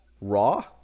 Raw